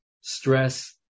stress